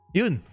yun